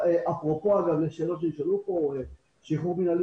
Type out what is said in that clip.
אפרופו שאלות שנשאלו פה לגבי שחרור מינהלי